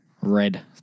Red